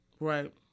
Right